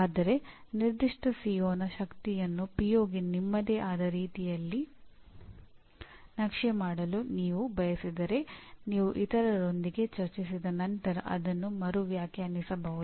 ಆದರೆ ನಿರ್ದಿಷ್ಟ ಸಿಒನ ನಿಮ್ಮದೇ ಆದ ರೀತಿಯಲ್ಲಿ ನಕ್ಷೆ ಮಾಡಲು ನೀವು ಬಯಸಿದರೆ ನೀವು ಇತರರೊಂದಿಗೆ ಚರ್ಚಿಸಿದ ನಂತರ ಅದನ್ನು ಮರು ವ್ಯಾಖ್ಯಾನಿಸಬಹುದು